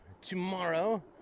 tomorrow